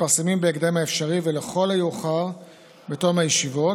מתפרסמים בהקדם האפשרי, ולכל המאוחר בתום הישיבות,